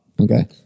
Okay